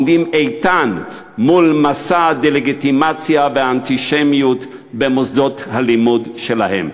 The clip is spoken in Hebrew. העומדים איתן מול מסע הדה-לגיטימציה והאנטישמיות במוסדות הלימוד שלהם.